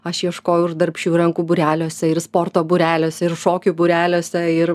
aš ieškojau ir darbščiųjų rankų būreliuose ir sporto būreliuose ir šokių būreliuose ir